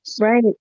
Right